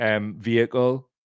vehicle